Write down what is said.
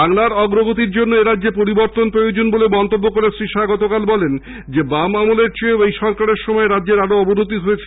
বাংলার অগ্রগতির জন্য এরাজ্যে পরিবর্তন প্রয়োজন বলে মন্তব্য করে শ্রী শাহ বলেন বাম আমলের চেয়েও এই সরকারের সময় রাজ্যের আরও অবনতি হয়েছে